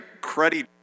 cruddy